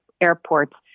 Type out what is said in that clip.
airports